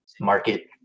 market